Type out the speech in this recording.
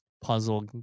puzzle